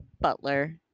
Butler